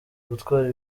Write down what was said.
gutwara